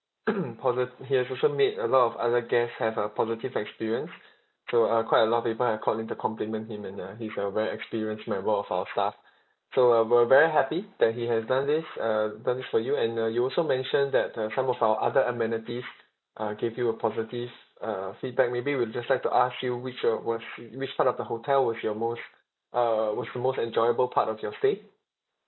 posit~ he has also made a lot of other guests have a positive experience so uh quite a lot of people have called in to compliment him and uh he's a very experienced member of our staff so uh we're very happy that he has done this uh done it for you and uh you also mentioned that uh some of our other amenities uh gave you a positive uh uh feedback maybe we would just like to ask you which uh was i~ which part of the hotel was your most uh was the most enjoyable part of your stay